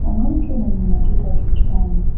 Mwanamke mwenye matuta kichwani